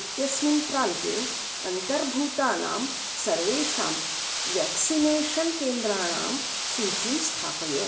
इत्यस्मिन् प्रान्ते अन्तर्भूतानां सर्वेषां व्याक्सिनेषन् केन्द्राणां सूचीं स्थापय